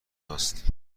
هاست